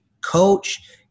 coach